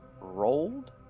rolled